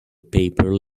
paper